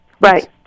Right